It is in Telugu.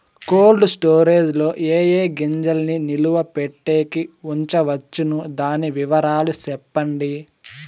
కోల్డ్ స్టోరేజ్ లో ఏ ఏ గింజల్ని నిలువ పెట్టేకి ఉంచవచ్చును? దాని వివరాలు సెప్పండి?